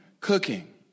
cooking